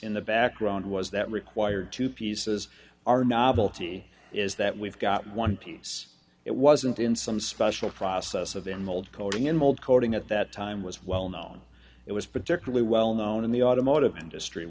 in the background was that required two pieces are novelty is that we've got one piece it wasn't in some special process of in the old coding in bold coding at that time was well known it was particularly well known in the automotive industry